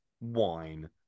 Wine